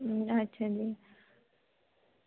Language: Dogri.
अच्छा जी